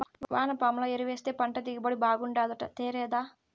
వానపాముల ఎరువేస్తే పంట దిగుబడి బాగుంటాదట తేరాదా